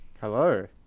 Hello